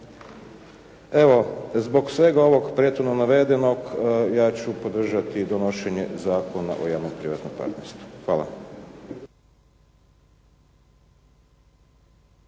Evo zbog svega ovog prethodno navedenog ja ću podržati donošenje Zakona o javno-privatnom partnerstvu. Hvala.